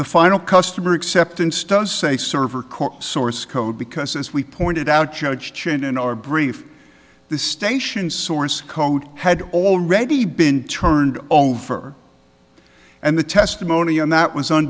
the final customer acceptance does say server core source code because as we pointed out judge change in our brief the station source code had already been turned over and the testimony on that was